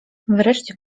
wreszcie